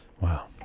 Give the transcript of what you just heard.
Wow